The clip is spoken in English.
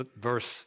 Verse